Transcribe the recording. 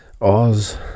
Oz